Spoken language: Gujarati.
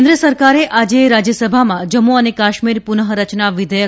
કેન્દ્ર સરકારે આજે રાજ્યસભામાં જમ્મુ અને કાશ્મીર પુનઃ રચના વિધેયક